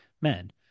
men